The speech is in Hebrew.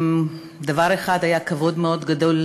דבר אחד היה כבוד מאוד גדול,